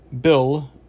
Bill